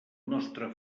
nostre